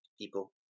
people